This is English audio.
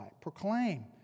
proclaim